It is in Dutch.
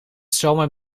zomaar